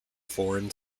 foreign